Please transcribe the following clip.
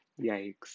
yikes